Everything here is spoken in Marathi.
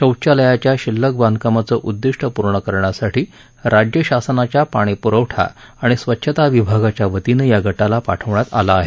शौचालयाच्या शिल्लक बांधकामांचं उद्दिष्टं पूर्ण करण्यासाठी राज्य शासनाच्या पाणीप्रवठा आणि स्वच्छता विभागाच्या वतीनं या गटाला पाठवण्यात आलं आहे